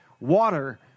water